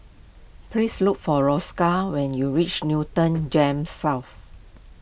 please look for Roscoe when you reach Newton Gems South